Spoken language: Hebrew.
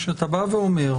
כשאתה בא ואומר: